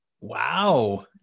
Wow